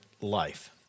life